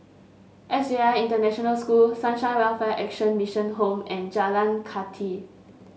S J I International School Sunshine Welfare Action Mission Home and Jalan Kathi